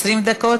20 דקות,